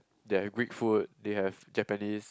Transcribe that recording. they have Greek food they have Japanese